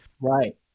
Right